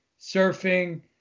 surfing